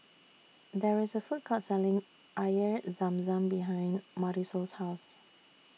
There IS A Food Court Selling Air Zam Zam behind Marisol's House